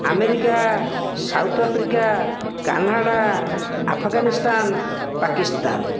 America South Africa Canada Afghanistan Pakistan